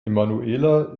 emanuela